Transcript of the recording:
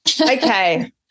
Okay